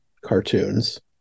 cartoons